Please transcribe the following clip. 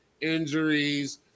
injuries